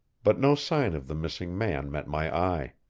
but no sign of the missing man met my eye.